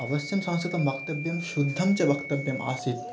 अवश्यं संस्कृतं वक्तव्यं शुद्धं च वक्तव्यम् आसीत्